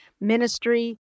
ministry